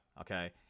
okay